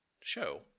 show